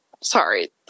sorry